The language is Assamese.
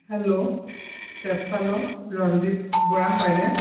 হেল্ল' কেবচালক ৰঞ্জিত বৰা হয়নে